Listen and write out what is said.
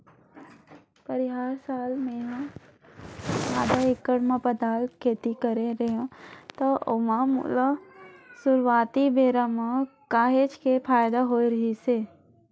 परिहार साल मेहा आधा एकड़ म पताल खेती करे रेहेव त ओमा मोला सुरुवाती बेरा म तो काहेच के फायदा होय रहिस